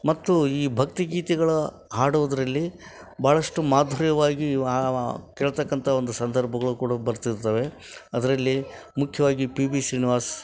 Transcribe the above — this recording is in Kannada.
ಮತ್ತು ಈ ಭಕ್ತಿಗೀತೆಗಳ ಹಾಡುವುದರಲ್ಲಿ ಭಾಳಷ್ಟು ಮಾಧುರ್ಯವಾಗಿ ಕೇಳತಕ್ಕಂಥ ಒಂದು ಸಂದರ್ಭಗಳು ಕೂಡ ಬರ್ತಿರ್ತವೆ ಅದರಲ್ಲಿ ಮುಖ್ಯವಾಗಿ ಪಿ ಬಿ ಶ್ರೀನಿವಾಸ್